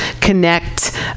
connect